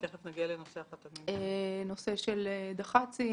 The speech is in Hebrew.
נושא של דח"צים,